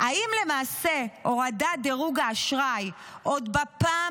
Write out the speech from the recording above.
האם למעשה הורדת דירוג האשראי עוד בפעם